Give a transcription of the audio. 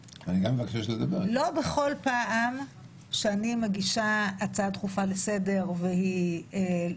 לא בכל פעם שאני מגישה הצעה דחופה לסדר שנדחית,